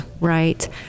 Right